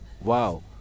Wow